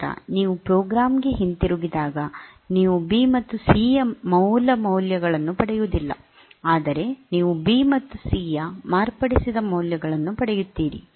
ನಂತರ ನೀವು ಪ್ರೋಗ್ರಾಂ ಗೆ ಹಿಂತಿರುಗಿದಾಗ ನೀವು ಬಿ ಮತ್ತು ಸಿ ಯ ಮೂಲ ಮೌಲ್ಯಗಳನ್ನು ಪಡೆಯುವುದಿಲ್ಲ ಆದರೆ ನೀವು ಬಿ ಮತ್ತು ಸಿ ಯ ಮಾರ್ಪಡಿಸಿದ ಮೌಲ್ಯಗಳನ್ನು ಪಡೆಯುತ್ತೀರಿ